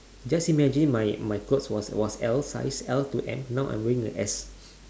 just imagine my my clothes was was L size L to M now I'm wearing a S